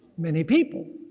many people.